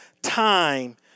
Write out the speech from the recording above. time